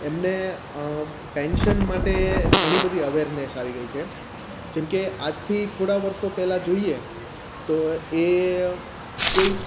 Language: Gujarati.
એમને પેન્શન માટે ઘણી બધી અવેરનેશ આવી ગઈ છે જેમકે આજથી થોડાં વર્ષો પહેલાં જોઈએ તો એ કોઈ